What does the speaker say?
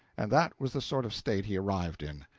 and that was the sort of state he arrived in.